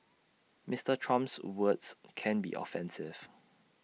Mister Trump's words can be offensive